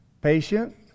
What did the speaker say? patient